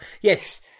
Yes